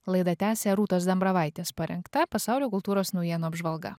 laidą tęsia rūtos dambravaitės parengta pasaulio kultūros naujienų apžvalga